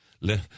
Let